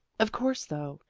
of course, though,